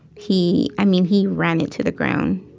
he i mean, he ran it to the ground